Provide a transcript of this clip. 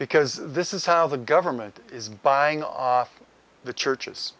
because this is how the government is buying on the churches